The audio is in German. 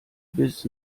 bis